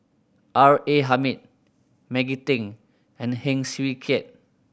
R A Hamid Maggie Teng and Heng Swee Keat